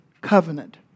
covenant